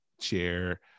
chair